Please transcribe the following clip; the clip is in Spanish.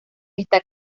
está